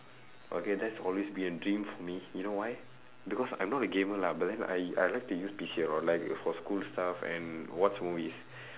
okay that's always been a dream for me you know why because I'm not a gamer lah but then I I like to use P_C a lot like for school stuff and watch movies